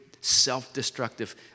self-destructive